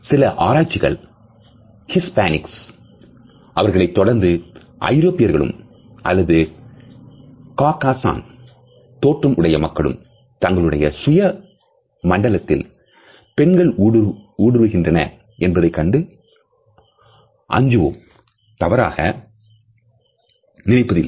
சில ஆராய்ச்சிகள் Hispanics அவர்களை தொடர்ந்து ஐரோப்பியர்களும் அல்லது Caucasian தோற்றம்உடைய மக்களும் தங்களுடைய சுயமண்லத்தில் பெண்கள் ஊடுருவுகின்றன என்பதைப் கண்டு அஞ்சுவோம் தவறாக நினைப்பது இல்லை